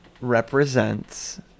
represents